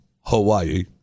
Hawaii